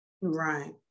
Right